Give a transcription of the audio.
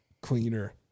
cleaner